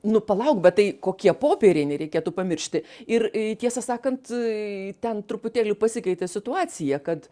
nu palauk bet tai kokie popieriai nereikėtų pamiršti ir i tiesą sakant ten truputėlį pasikeitė situacija kad